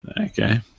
Okay